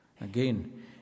Again